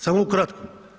Samo ukratko.